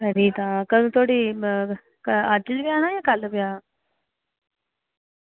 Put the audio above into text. खरी तां कदूं धोड़ी म अज्ज पजाना जां कल पजाना